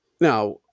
Now